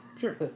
Sure